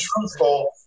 truthful